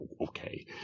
Okay